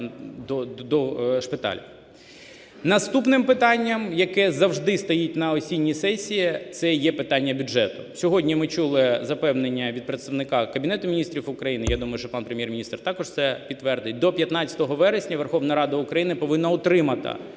Наступним питанням, яке завжди стоїть на осінній сесії, – це є питання бюджету. Сьогодні ми чули запевнення від представника Кабінету Міністрів України, я думаю, що пан Прем'єр-міністр також це підтвердить. До 15 вересня Верховна Рада України повинна отримати